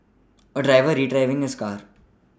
a driver retrieving his car